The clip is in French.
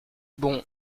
bon